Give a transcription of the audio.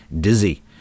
Dizzy